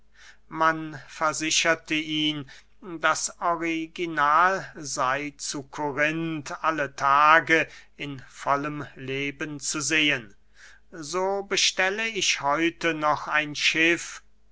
man versicherte ihn das original sey zu korinth alle tage in vollem leben zu sehen so bestelle ich heute noch ein schiff